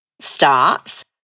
starts